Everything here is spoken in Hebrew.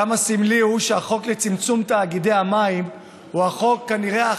כמה סמלי הוא שהחוק לצמצום תאגידי המים הוא כנראה החוק